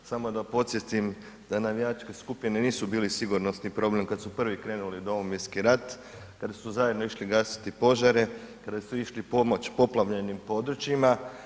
Samo da podsjetim, da navijačke skupine nisu bile sigurnosni problem kad su prvi krenuli u Domovinski rat, kada su zajedno išli gasiti požare, kada su išli pomoć poplavljenim područjima.